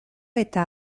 eta